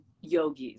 yogis